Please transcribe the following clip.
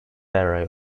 array